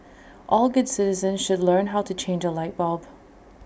all good citizens should learn how to change A light bulb